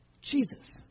Jesus